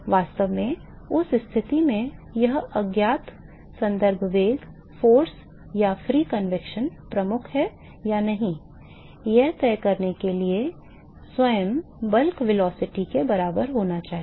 वास्तव में उस स्थिति में यह अज्ञात संदर्भ वेग force or free convection प्रमुख है या नहीं यह तय करने के लिए स्वयं bulk velocity के बराबर होना चाहिए